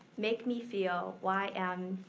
make me feel why i'm,